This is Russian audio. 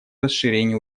расширении